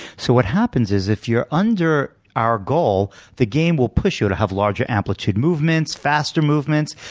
so what happens is if you're under our goal, the game will push you to have larger amplitude movements, faster movements.